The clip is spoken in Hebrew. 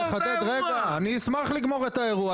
אני אשמח לגמור את האירוע.